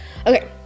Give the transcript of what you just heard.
Okay